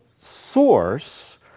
source